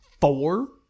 four